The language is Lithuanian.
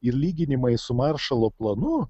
ir lyginimai su maršalo planu